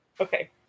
Okay